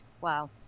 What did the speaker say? Wow